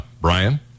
Brian